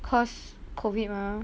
cause COVID mah